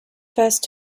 first